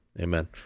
Amen